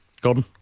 Gordon